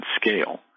scale